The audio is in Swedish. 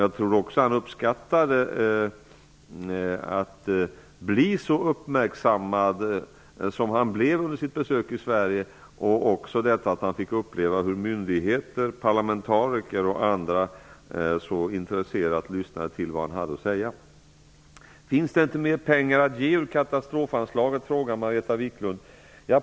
Jag tror också att han uppskattade att bli så uppmärksammad som han blev under sitt besök i Sverige och att myndigheter, parlamentariker och andra så intresserat lyssnade till vad han hade att säga. Finns det inte mera pengar att ge ur katastrofanslaget? frågar Margareta Viklund.